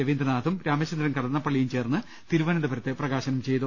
രവീന്ദ്രനാഥും രാമചന്ദ്രൻ കടന്നപ്പള്ളിയും ചേർന്ന് തിരുവനന്തപുരത്ത് പ്രകാശനം ചെയ്തു